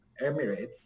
Emirates